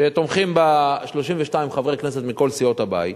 ותומכים בה 32 חברי כנסת מכל סיעות הבית.